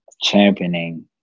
championing